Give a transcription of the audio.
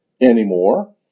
anymore